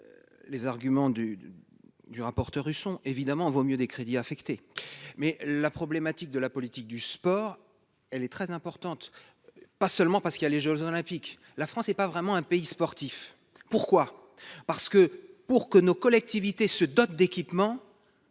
les arguments du du rapporteur Huchon évidemment vaut mieux des crédits affectés mais la problématique de la politique, du sport, elle est très importante, pas seulement parce qu'il y a les Jeux olympiques, la France est pas vraiment un pays sportif pourquoi parce que, pour que nos collectivités se dotent d'équipements.